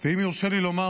אם יורשה לי לומר,